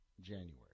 January